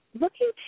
Looking